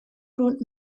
brought